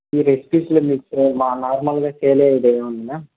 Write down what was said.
ఈ రెసిపీస్లో మీకు మా నార్మల్గా సలయెదేముంది మ్యామ్